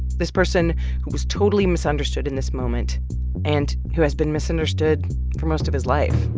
this person who was totally misunderstood in this moment and who has been misunderstood for most of his life